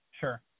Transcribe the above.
Sure